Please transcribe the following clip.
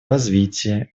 развитие